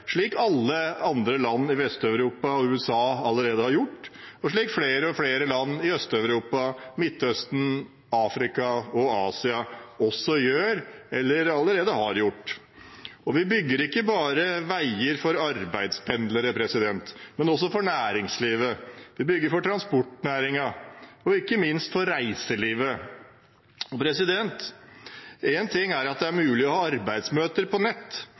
slik alle andre land i Vest-Europa og USA allerede har gjort, og slik flere og flere land i Øst-Europa, Midtøsten, Afrika og Asia også gjør eller allerede har gjort. Vi bygger ikke veier bare for arbeidspendlere, men også for næringslivet, for transportnæringen og ikke minst for reiselivet. Én ting er at det er mulig å ha arbeidsmøter på nett,